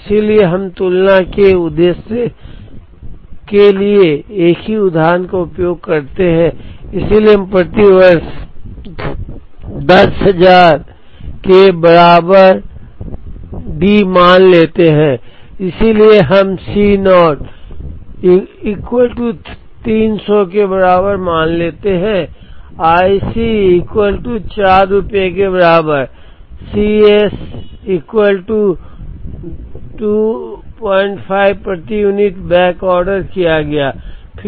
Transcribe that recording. इसलिए हम तुलना के उद्देश्य के लिए एक ही उदाहरण का उपयोग करते हैं इसलिए हम प्रति वर्ष 10000 के बराबर डी मान लेते हैं इसलिए हम C0 300 के बराबर मान लेते हैं i C 4 रुपये के बराबर C s 25 प्रति यूनिट बैकऑर्डर किया गया